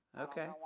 Okay